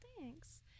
thanks